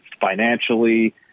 financially